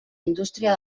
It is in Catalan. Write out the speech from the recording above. indústria